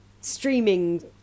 streaming